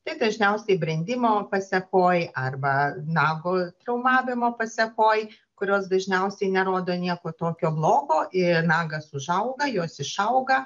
tai dažniausiai brendimo pasekoj arba nago traumavimo pasekoj kurios dažniausiai nerodo nieko tokio blogo ir nagas užauga jos išauga